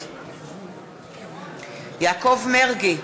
נגד יעקב מרגי,